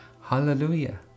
Hallelujah